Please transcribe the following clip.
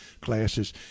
classes